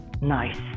nice